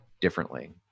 differently